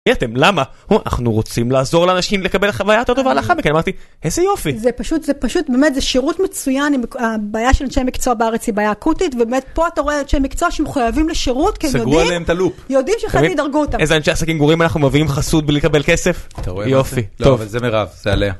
אמרתם, למה? אנחנו רוצים לעזור לאנשים לקבל חווייה יותר טובה לאחרמכן, אמרתי, איזה יופי. זה פשוט, זה פשוט, באמת, זה שירות מצוין עם הבעיה של אנשי מקצוע בארץ, היא בעיה אקוטית, באמת, פה אתה רואה אנשי מקצוע שהם מחוייבים לשירות, כי הם יודעים שאחרת ידרגו אותם. איזה אנשי עסקים גורים אנחנו מביאים חסות בלי לקבל כסף? יופי. לא, אבל זה מירב, זה עליה.